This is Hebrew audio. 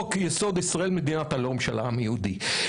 וחוק יסוד: ישראל מדינת הלאום של העם היהודי.